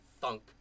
thunk